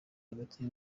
hagati